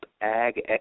Ag